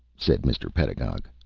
said mr. pedagog.